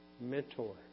mentor